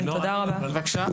בבקשה.